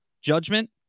judgment